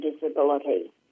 disability